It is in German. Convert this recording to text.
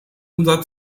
unser